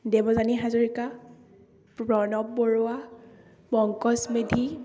Devyani Hazarika Pranab Baruah Pankaj Medhi